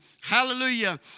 Hallelujah